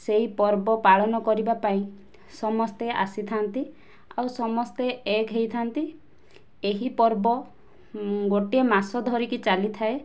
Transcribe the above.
ସେହି ପର୍ବ ପାଳନ କରିବା ପାଇଁ ସମସ୍ତେ ଆସିଥାଆନ୍ତି ଆଉ ସମସ୍ତେ ଏକ ହୋଇଥାଆନ୍ତି ଏହି ପର୍ବ ଗୋଟିଏ ମାସ ଧରିକି ଚାଲିଥାଏ